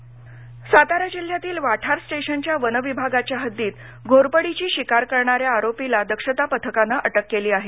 one Satara Satara जिल्ह्यातील वाठार स्टेशनच्या वन विभागाच्या हद्दीत घोरपडीची शिकार करणाऱ्या आरोपीला दक्षता पथकानं अटक केली आहे